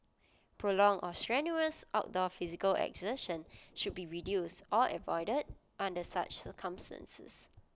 prolonged or strenuous outdoor physical exertion should be reduced or avoided under such circumstances